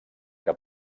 que